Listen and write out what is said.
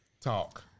Talk